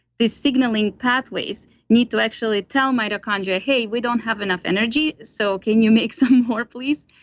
the signaling pathways need to actually tell mitochondria, hey, we don't have enough energy, so can you make some more please?